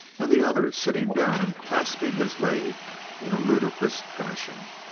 and the other sitting down and clasping his leg in a ludicrous fashion.